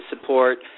support